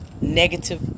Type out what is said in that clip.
negative